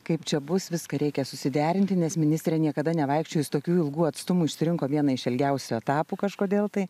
kaip čia bus viską reikia susiderinti nes ministrė niekada nevaikščiojus tokių ilgų atstumų išsirinko vieną iš ilgiausių etapų kažkodėl tai